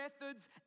methods